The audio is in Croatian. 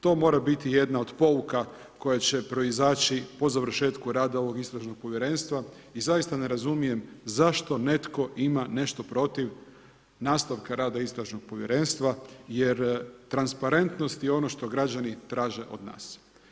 To mora biti jedna od pouka koje će proizaći po završetku rada ovog Istražnog povjerenstva i zaista ne razumijem zašto netko ima nešto protiv nastanka rada Istražnog povjerenstva jer transparentnost je ono što građani traže od nas.